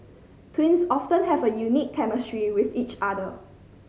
twins often have a unique chemistry with each other